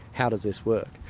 how does this work?